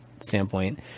standpoint